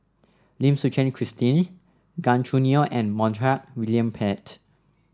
Lim Suchen Christine Gan Choo Neo and Montague William Pett